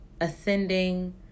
ascending